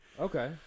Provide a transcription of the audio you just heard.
Okay